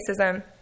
racism